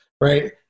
right